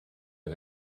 get